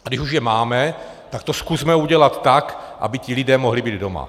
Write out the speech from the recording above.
A když už je máme, tak to zkusme udělat tak, aby ti lidé mohli být doma.